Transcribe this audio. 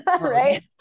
right